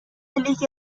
لیگ